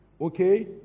okay